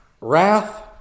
wrath